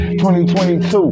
2022